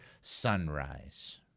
sunrise